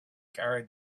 carried